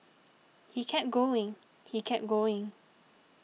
he kept going he kept going